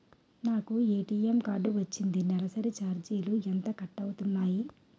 నాకు ATM card వచ్చింది నెలసరి ఛార్జీలు ఎంత కట్ అవ్తున్నాయి?